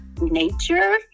nature